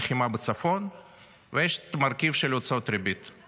יש את המרכיב של הלחימה בצפון ויש מרכיב של הוצאות ריבית,